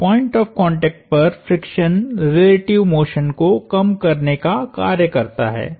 तो point of contact पर friction relative motion को कम करने का कार्य करता है